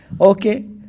Okay